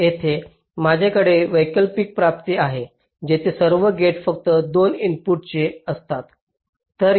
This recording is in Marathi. तर येथे माझ्याकडे वैकल्पिक प्राप्ती आहे जिथे सर्व गेट्स फक्त 2 इनपुटचे असतात